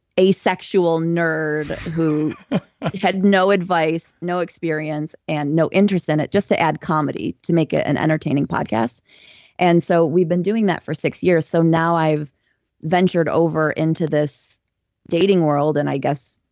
asexual nerd who had no advice, no experience, and no interest in it just to add comedy to make it an entertaining podcast and so we've been doing that for six years. so now i've ventured over into this dating world, and i guess,